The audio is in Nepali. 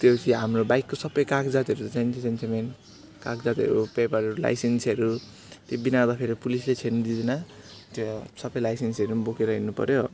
त्योपछि हाम्रो बाइकको सबै कागजातहरू चाहिन्छै चाहिन्छ मेन कागजातहरू पेपरहरू लाइसेन्सहरू त्यो बिना त फेरि पुलिसले छिर्नु दिँदैन त्यो सबै लाइसेन्सहरू पनि बोकेर हिँड्नु पऱ्यो